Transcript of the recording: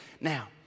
now